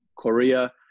Korea